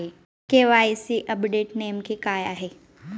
KYC update नेमके काय आहे?